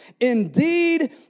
indeed